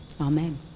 Amen